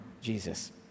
Jesus